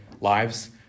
lives